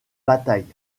batailles